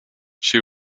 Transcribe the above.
she